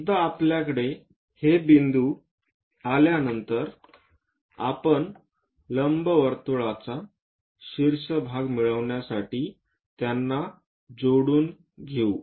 एकदा आपल्याकडे हे बिंदू झाल्यानंतर आपण लंबवर्तुळाचा शीर्ष भाग मिळविण्यासाठी त्यांच्यात जोडून घेऊ